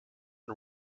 and